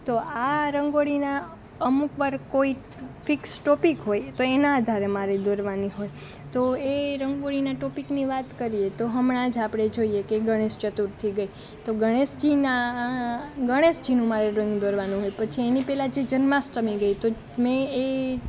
તો આ રંગોળીના અમુક વાર કોઈ ફિક્સ ટૉપિક હોય તો એના આધારે મારે દોરવાની હોય તો એ રંગોળીના ટૉપિકની વાત કરીએ તો હમણાં જ આપણે જોઈએ કે ગણેશ ચતુર્થી ગઈ તો ગણેશજીના ગણેશજીનું મારે ડ્રોઈંગ દોરવાનું હોય પછી એની પહેલાં જે જન્માષ્ટમી ગઈ તો મેં એ